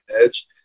edge